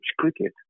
cricket